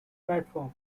platform